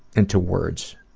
into words.